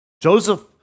Joseph